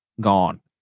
gone